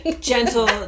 gentle